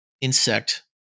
insect